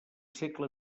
segle